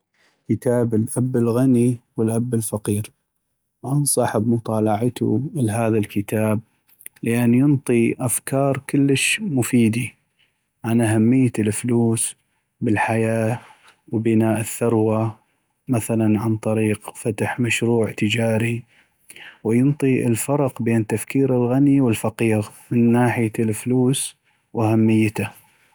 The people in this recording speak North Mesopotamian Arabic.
كتاب الاب الغني والاب الفقير ، انصح بمطالعتو لهذا الكتاب لأن ينطي افكار كلش مفيدي عن أهمية الفلوس بالحياة ، وبناء الثروة ، مثلاً عن طريق فتح مشروع تجاري ، وينطي الفرق بين تفكير الغني والفقيغ من ناحية الفلوس وأهميتا